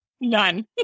None